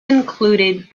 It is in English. included